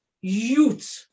youth